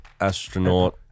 Astronaut